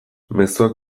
mezuak